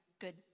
good